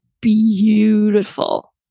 beautiful